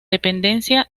dependencia